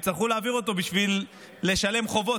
הם יצטרכו להעביר אותו בשביל לשלם חובות,